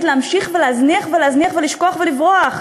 להמשיך ולהזניח ולהזניח ולשכוח ולברוח,